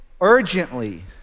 Urgently